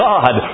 God